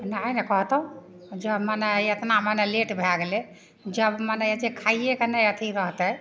नहि ने कहतहुँ जँ मने आइ एतना मने लेट भए गेलै जब मने जे खाइएके नहि अथी रहतै